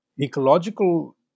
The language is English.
ecological